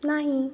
नाही